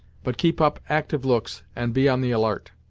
but keep up actyve looks, and be on the alart.